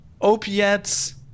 opiates